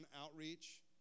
outreach